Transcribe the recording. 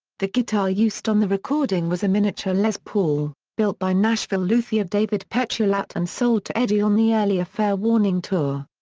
the guitar used on the recording was a miniature les paul, built by nashville luthier david petschulat and sold to eddie on the earlier fair warning tour.